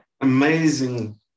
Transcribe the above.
amazing